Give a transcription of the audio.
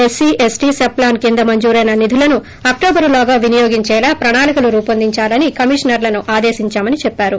SC ST sub plan కింద మంజురైన నిధులను అక్షోబర్ లోగా వినియోగించేలా ప్రణాళిక రోపొందించాలని కమిషనర్లను ఆదేశించామని చెప్పారు